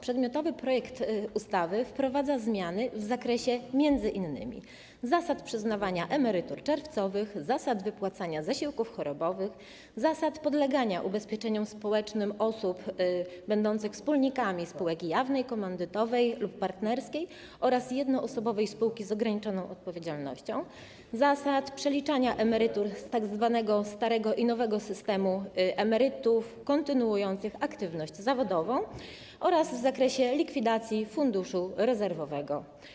Przedmiotowy projekt ustawy wprowadza zmiany w zakresie m.in.: zasad przyznawania emerytur czerwcowych, zasad wypłacania zasiłków chorobowych, zasad podlegania ubezpieczeniom społecznym osób będących wspólnikami spółek jawnej, komandytowej lub partnerskiej oraz jednoosobowej spółki z o.o., zasad przeliczania emerytur z tzw. starego i nowego systemu emerytów kontynuujących aktywność zawodową oraz likwidacji funduszu rezerwowego.